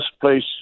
place